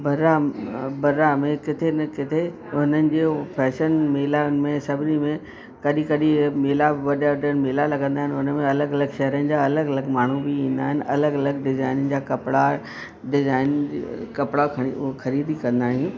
भराम बरा में किथे न किथे हुननि जो फैशन मेला में सभिनी में कॾहिं कॾहिं मेला बि वॾा वॾा मेला लॻंदा आहिनि हुन में अलॻि अलॻि शहरनि जा अलॻि अलॻि माण्हू बि ईंदा आहिनि अलॻि अलॻि डिजाइनियुनि जा कपिड़ा डिजाइन कपिड़ा खणी उहा ख़रीदी कंदा आहियूं